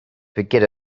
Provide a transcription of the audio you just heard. forget